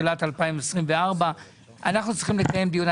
תחילת 2024. אנחנו צריכים לקיים דיון,